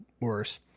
worse